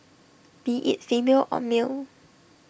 be IT female or male